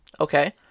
okay